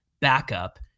backup